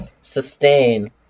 sustain